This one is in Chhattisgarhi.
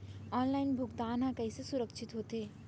ऑनलाइन भुगतान हा कइसे सुरक्षित होथे?